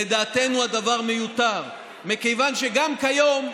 לדעתנו הדבר מיותר, מכיוון שגם כיום,